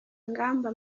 ngamba